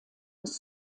des